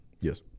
Yes